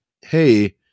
Hey